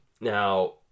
Now